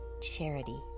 charity